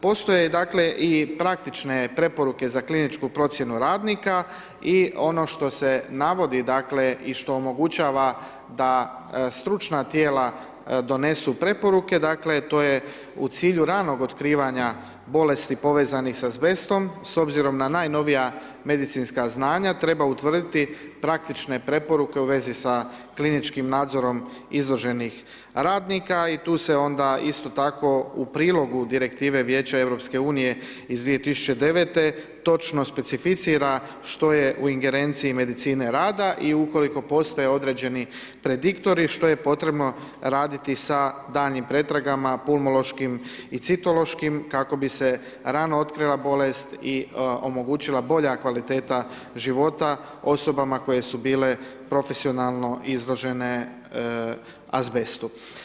Postoje dakle i praktične preporuke za kliničku procjenu radnika i ono što se navodi dakle i što omogućava da stručna tijela donesu preporuke dakle to je u cilju ranog otkrivanja bolesti povezanih sa azbestom s obzirom na najnovija medicinska znanja treba utvrditi praktične preporuke u vezi sa kliničkim nadzorom izloženih radnika i tu se onda isto tako u prilogu direktive Vijeća Europske unije iz 2009. točno specificira što je u ingerenciji medicine rada i ukoliko postoje određeni prediktori što je potrebno raditi sa daljnjim pretragama pulmološkim i citološkim kako bi se rano otkrila bolest i omogućila bolja kvaliteta života osobama koje su bile profesionalno izložene azbestu.